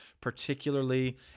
particularly